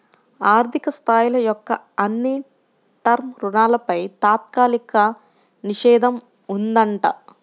ఆర్ధిక సంస్థల యొక్క అన్ని టర్మ్ రుణాలపై తాత్కాలిక నిషేధం ఉందంట